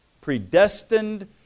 predestined